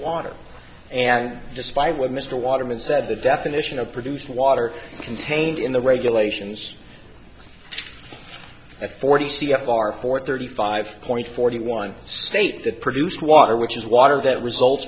water and despite when mr waterman said the definition of produced water contained in the regulations at forty c f r for thirty five point forty one state that produced water which is water that results